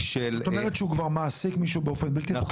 היא של- -- זאת אומרת שהוא כבר מעסיק מישהו באופן בלתי חוקי,